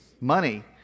money